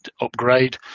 upgrade